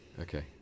okay